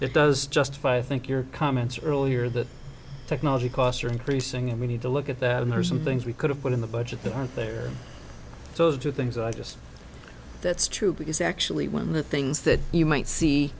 it does just five think your comments earlier that technology costs are increasing and we need to look at that and there are some things we could have put in the budget that aren't there those two things i just that's true because actually when the things that you might see